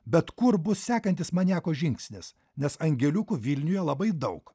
bet kur bus sekantis maniako žingsnis nes angeliukų vilniuje labai daug